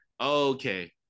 okay